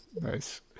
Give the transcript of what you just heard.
Nice